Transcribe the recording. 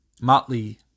motley